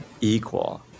equal